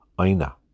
Aina